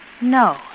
No